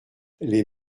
les